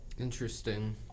interesting